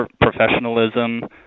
professionalism